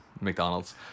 McDonald's